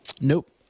Nope